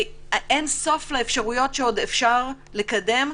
אין סוף לאפשרויות שעוד אפשר לקדם.